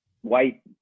white